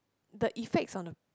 the effects on a